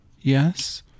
Yes